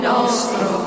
Nostro